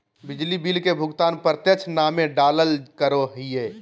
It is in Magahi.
बिजली बिल के भुगतान प्रत्यक्ष नामे डालाल करो हिय